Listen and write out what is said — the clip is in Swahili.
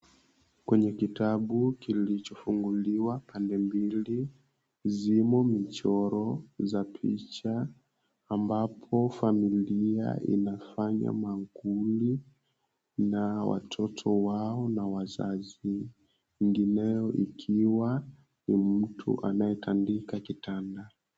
Kwenye kitabu kilichofunguliwa, pande mbili zimo michoro za picha. Ambapo familia inafanya mankuli na watoto wao na wazazi. Ingineo ikiwa ni mtu anayetandika kitanda.